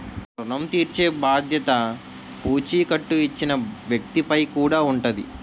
ఋణం తీర్చేబాధ్యత పూచీకత్తు ఇచ్చిన వ్యక్తి పై కూడా ఉంటాది